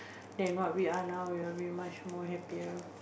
than what we are now we'll be much more happier